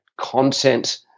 content